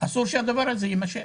אסור שהדבר הזה יימשך.